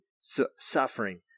suffering